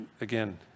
again